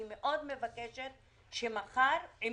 אני מבקשת מאוד שמחר, אם